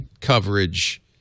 coverage